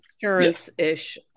insurance-ish